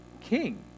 king